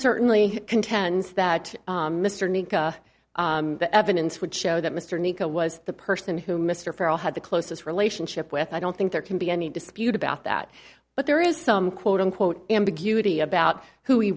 certainly contends that mr need the evidence would show that mr nikko was the person who mr farrell had the closest relationship with i don't think there can be any dispute about that but there is some quote unquote ambiguity about who